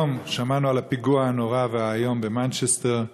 היום שמענו על הפיגוע הנורא והאיום במנצ'סטר,